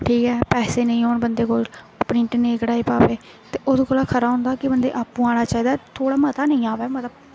ठीक ऐ पैसे नेईं होन बंदे कोल प्रिंट नेईं कढ़ाई भामें ते ओह्दे कोला दा खरा होंदा बंदे गी आपूं औना होंदा थोह्ड़ा मता नेईं आवै